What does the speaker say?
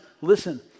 listen